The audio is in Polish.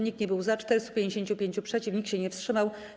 Nikt nie był za, 455 - przeciw, nikt się nie wstrzymał.